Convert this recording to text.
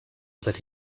that